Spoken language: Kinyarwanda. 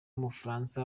w’umufaransa